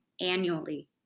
annually